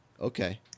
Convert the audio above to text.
Okay